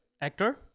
actor